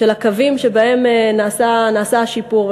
של הקווים שבהם נעשה השיפור.